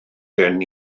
gen